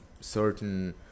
certain